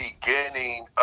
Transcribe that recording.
beginning